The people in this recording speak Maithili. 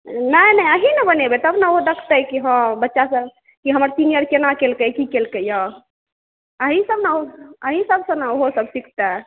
नहि नहि अहीं ने बनेबै तब ने ओ देखतै की हँ बच्चा सब की हमर सीनियर केना केलकै की केलकैया अहिसब न अहींसब सँ ने ओहोसब सीखतै